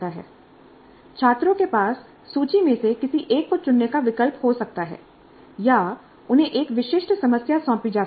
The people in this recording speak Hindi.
छात्रों के पास सूची में से किसी एक को चुनने का विकल्प हो सकता है या उन्हें एक विशिष्ट समस्या सौंपी जा सकती है